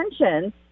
attention